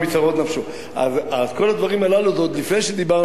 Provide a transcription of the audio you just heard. אז כל הדברים הללו זה עוד לפני שדיברנו על הוצאת שם רע.